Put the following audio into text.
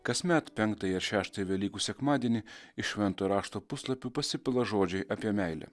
kasmet penktąjį ar šeštąjį velykų sekmadienį iš šventojo rašto puslapių pasipila žodžiai apie meilę